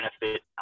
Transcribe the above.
benefit